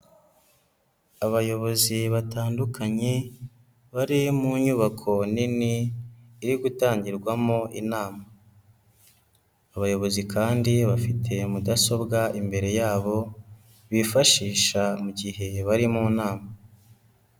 Abayobozi batandukanye bari mu nyubako nini iri gutangirwamo inama. Abayobozi kandi bafite mudasobwa imbere yabo bifashisha mu gihe bari mu nama.